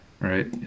right